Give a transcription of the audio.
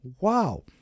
wow